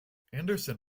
anderson